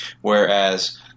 whereas